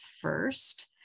first